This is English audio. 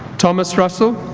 thomas russell